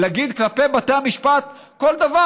להגיד כלפי בתי המשפט כל דבר.